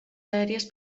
aèries